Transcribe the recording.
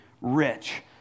rich